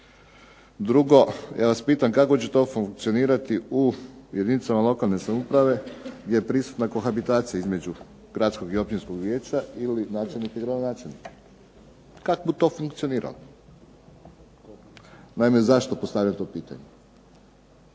Drugo, ja vas pitam kako će to funkcionirati u jedinicama lokalne samouprave gdje je prisutna kohabitacija između gradskog i općinskog vijeća ili načelnika i gradonačelnika. Kako to funkcionira. Naime, zašto postavljam to pitanje?